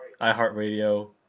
iHeartRadio